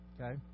okay